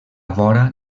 vora